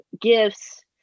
gifts